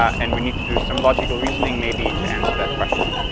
and we need to do some logical reasoning maybe to answer that question.